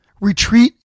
retreat